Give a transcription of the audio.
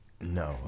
no